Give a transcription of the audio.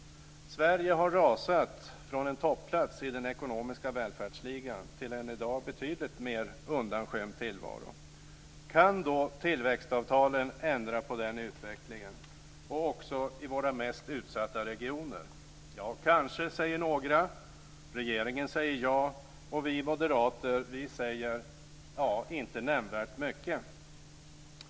Sverige har rasat från en topplats i den ekonomiska välfärdsligan till en i dag betydligt mer undanskymd tillvaro. Kan då tillväxtavtalen ändra på den utvecklingen, också i våra mest utsatta regioner? "Kanske", säger några. Regeringen säger "ja", och vi moderater säger "inte nämnvärt mycket".